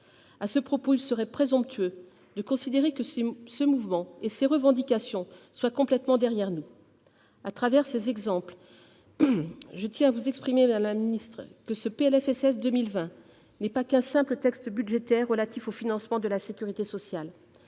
À ce propos, il serait présomptueux de considérer que ce mouvement et ces revendications sont complètement derrière nous. Avec ces exemples, je tiens à vous dire, madame la ministre, que ce PLFSS 2020 n'est pas uniquement un texte budgétaire relatif au financement de la sécurité sociale.